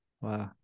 Wow